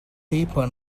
deeper